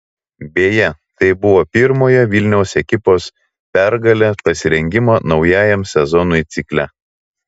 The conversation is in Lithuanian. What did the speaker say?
beje tai buvo pirmojo vilniaus ekipos pergalė pasirengimo naujajam sezonui cikle